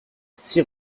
six